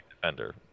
defender